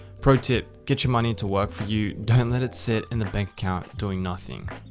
pro tip, get your money to work for you. don't let it sit in the bank account doing nothing.